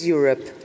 Europe